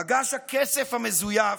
מגש הכסף המזויף,